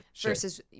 versus